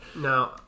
Now